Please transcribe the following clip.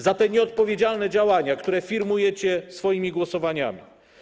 Za te nieodpowiedzialne działania, które firmujecie swoimi głosowaniami.